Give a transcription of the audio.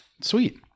Sweet